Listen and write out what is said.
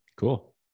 Cool